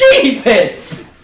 Jesus